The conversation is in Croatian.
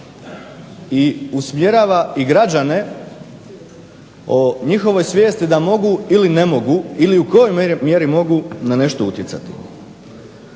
i usmjerava i građane o njihovoj svijesti da mogu ili ne mogu ili u kojoj mjeri mogu na nešto utjecati.